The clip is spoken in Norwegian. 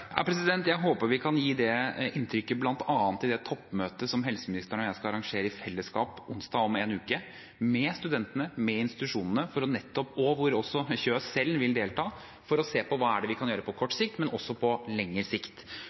Jeg håper vi kan gi det inntrykket bl.a. i det toppmøtet som helseministeren og jeg skal arrangere i fellesskap onsdag om en uke, med studentene, med institusjonene, og hvor også Kjøs selv vil delta, for å se på hva vi kan gjøre på kort sikt, men også på lengre sikt.